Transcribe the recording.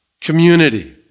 community